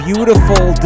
Beautiful